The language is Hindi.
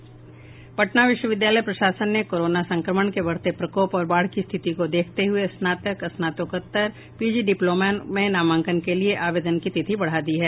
पटना विश्वविद्यालय प्रशासन ने कोरोना संक्रमण के बढ़ते प्रकोप और बाढ़ की स्थिति को देखते हुये स्नातक स्नातकोत्तर पीजी डिप्लोमा में नामांकन के लिए आवेदन की तिथि बढ़ा दी है